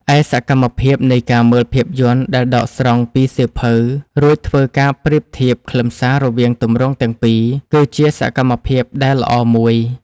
ឯសកម្មភាពនៃការមើលភាពយន្តដែលដកស្រង់ពីសៀវភៅ រួចធ្វើការប្រៀបធៀបខ្លឹមសាររវាងទម្រង់ទាំងពីរ គឺជាសកម្មភាពដែលល្អមួយ។